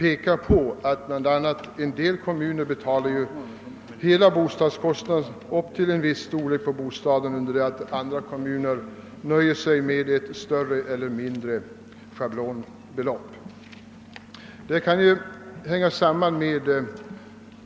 En del kommuner betalar hela bostadskostnaden upp till en viss storlek på bostaden under det att andra kommuner nöjer sig med ett större eller mindre schablonbelopp.